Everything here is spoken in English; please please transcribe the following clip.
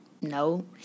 no